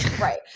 Right